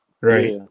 Right